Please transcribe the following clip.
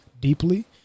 deeply